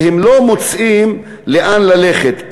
שהם לא מוצאים לאן ללכת.